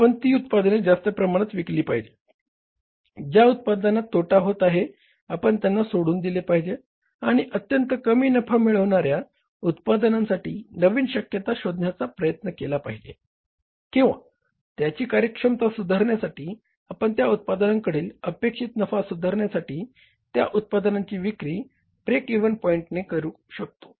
आपण ती उत्पादने जास्त प्रमाणात विकली पाहिजे आणि ज्या उत्पादनात तोटा होत आहे आपण त्यांना सोडून दिले पाहिजे आणि अत्यंत कमी नफा मिळवणार्या उत्पादनांसाठी नवीन शक्यता शोधण्याचा प्रयत्न केले पाहिजे किंवा त्यांची कार्यक्षमता सुधारण्यासाठी आणि त्या उत्पादनांकडील अपेक्षित नफा सुधारण्यासाठी त्या उत्पादनांची विक्री ब्रेक इव्हन पॉइंटवर केली पाहिजे